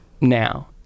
now